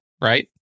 right